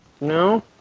No